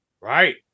Right